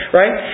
right